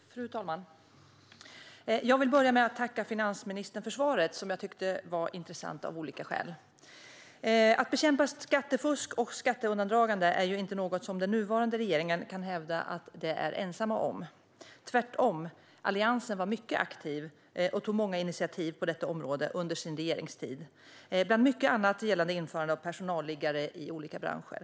Fru talman! Jag vill börja med att tacka finansministern för svaret, som jag tyckte var intressant av olika skäl. Att bekämpa skattefusk och skatteundandragande är ju inte något som den nuvarande regeringen kan hävda de är ensamma om. Tvärtom: Alliansen var mycket aktiv och tog många initiativ på detta område under sin regeringstid, bland mycket annat gällande införande av personalliggare i olika branscher.